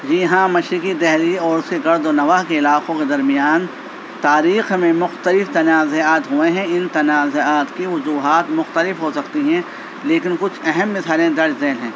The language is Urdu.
جی ہاں مشرقی دلی اور اس کے گرد و نواح کے علاقوں کے درمیان تاریخ میں مختلف تنازعات ہوئے ہیں ان تنازعات کی وجوہات مختلف ہو سکتی ہیں لیکن کچھ اہم مثالیں درج ذیل ہیں